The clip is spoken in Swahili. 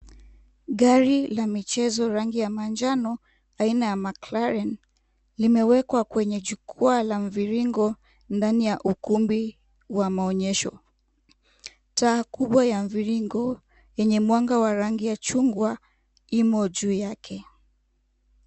Gari la michezo rangi ya manjano aina ya Marklaren, limewekwa kwa jukwaa la mviringo ndani ya ukumbi wa maonyesho. Taa kubwa ya mviringo yenye mwanga wa rangi ya chungwa imo juu yake.